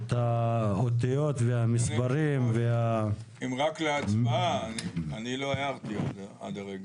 את האותיות והמספרים --- אם זה רק להצבעה אני לא הערתי עד הרגע.